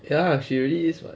ya she really is what